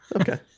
Okay